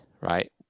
right